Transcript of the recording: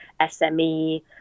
SME